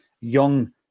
young